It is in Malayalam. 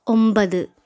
ഒമ്പത്